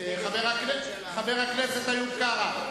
חבר הכנסת איוב קרא,